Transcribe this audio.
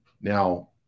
Now